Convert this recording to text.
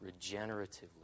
regeneratively